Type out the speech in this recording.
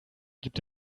gibt